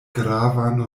gravan